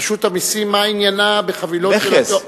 רשות המסים, מה עניינה בחבילות של, מכס.